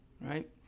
right